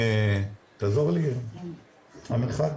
המנחת